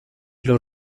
los